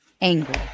angry